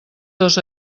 dos